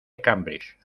cambridge